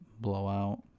blowout